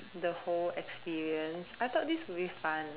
the whole experience I thought this would be fun